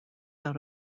out